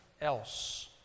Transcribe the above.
else